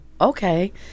okay